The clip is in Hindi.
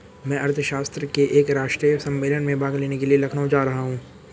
मैं अर्थशास्त्र के एक राष्ट्रीय सम्मेलन में भाग लेने के लिए लखनऊ जा रहा हूँ